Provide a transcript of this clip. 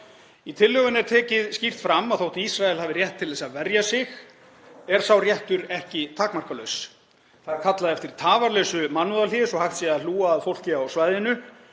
Í tillögunni er tekið skýrt fram að þótt Ísrael hafi rétt til þess að verja sig sé sá réttur ekki takmarkalaus. Það er kallað eftir tafarlausu mannúðarhléi svo að hægt sé að hlúa að fólki á svæðinu.